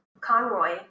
Conroy